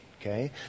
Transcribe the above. Okay